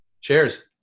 cheers